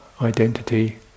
identity